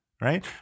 right